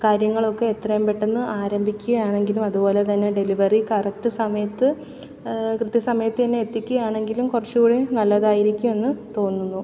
കാര്യങ്ങളൊക്കെ എത്രയും പെട്ടെന്ന് ആരംഭിക്കയാണെങ്കിലും അതുപോലെ തന്നെ ഡെലിവറി കറക്റ്റ് സമയത്ത് കൃത്യസമയത്തു തന്നെ എത്തിക്കയാണെങ്കിലും കുറച്ചും കൂടി നല്ലതായിരിക്കുമെന്നു തോന്നുന്നു